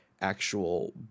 actual